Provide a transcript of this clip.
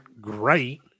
great